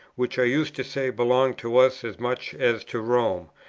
which i used to say belonged to us as much as to rome,